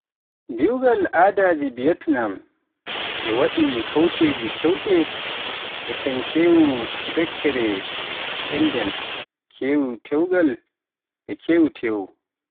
Dewgal aadaaji Vietnam ina waɗi kewuuji keewɗi, ina heen kewu jokkere enɗam, kewu dewgal, e kewu teewu.